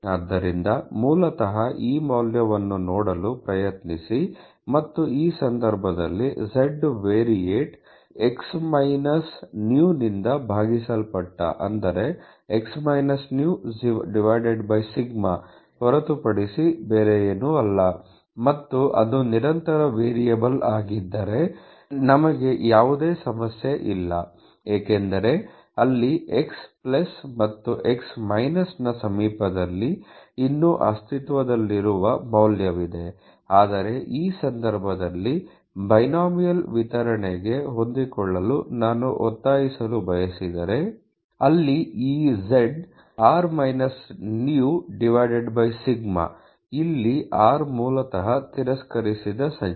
ಆದ್ದರಿಂದ ಮೂಲತಃ ಈ ಮೌಲ್ಯವನ್ನು ನೋಡಲು ಪ್ರಯತ್ನಿಸಿ ಮತ್ತು ಈ ಸಂದರ್ಭದಲ್ಲಿ z ವೇರಿಯೇಟ್ x µ ನಿಂದ ಭಾಗಿಸಲ್ಪಟ್ಟ σ x µ ಹೊರತುಪಡಿಸಿ ಏನೂ ಅಲ್ಲ ಮತ್ತು ಅದು ನಿರಂತರ ವೇರಿಯಬಲ್ ಆಗಿದ್ದರೆ ನಮಗೆ ಯಾವುದೇ ಸಮಸ್ಯೆ ಇಲ್ಲ ಏಕೆಂದರೆ ಅಲ್ಲಿ x ಮತ್ತು x ನ ಸಮೀಪದಲ್ಲಿ ಇನ್ನೂ ಅಸ್ತಿತ್ವದಲ್ಲಿರುವ ಮೌಲ್ಯವಿದೆ ಆದರೆ ಈ ಸಂದರ್ಭದಲ್ಲಿ ಬೈನೋಮಿಯಲ್ ವಿತರಣೆಗೆ ಹೊಂದಿಕೊಳ್ಳಲು ನಾನು ಒತ್ತಾಯಿಸಲು ಬಯಸಿದರೆ ಅಲ್ಲಿ ಈ z r µ ಅನ್ನು ನಿಂದ ಭಾಗಿಸಲ್ಪಟ್ಟಿದೆ r µ ಇಲ್ಲಿ r ಮೂಲತಃ ತಿರಸ್ಕರಿಸಿದ ಸಂಖ್ಯೆ